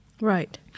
Right